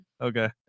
okay